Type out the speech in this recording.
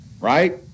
right